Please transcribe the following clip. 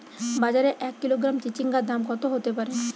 বাজারে এক কিলোগ্রাম চিচিঙ্গার দাম কত হতে পারে?